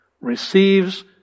receives